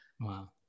Wow